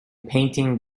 painting